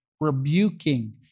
rebuking